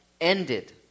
ended